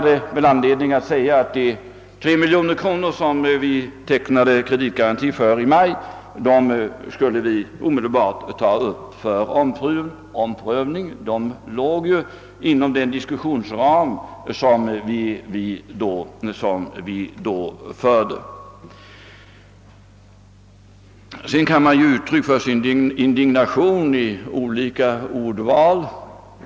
Det beslöts då att de 3 miljoner kronor, som tecknats såsom kreditgaranti i maj, omedelbart skulle tas upp för omprövning. De låg ju inom ramen för den diskussion som vi förde. Man kan ju ge uttryck för sin indignation i olika ordval.